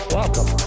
Welcome